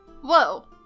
Whoa